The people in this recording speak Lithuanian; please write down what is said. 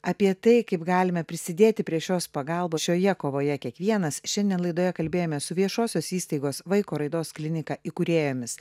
apie tai kaip galime prisidėti prie šios pagalbos šioje kovoje kiekvienas šiandien laidoje kalbėjomės su viešosios įstaigos vaiko raidos klinika įkūrėjomis